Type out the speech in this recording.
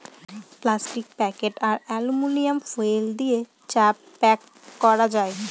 plastic packet আর aluminium foil দিয়ে চা প্যাক করা যায়